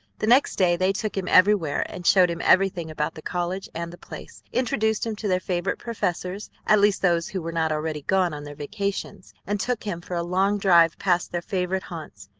the next day they took him everywhere and showed him everything about the college and the place, introduced him to their favorite professors, at least those who were not already gone on their vacations, and took him for a long drive past their favorite haunts.